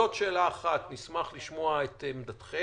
זאת שאלה אחת, אשמח לשמוע את עמדתכם.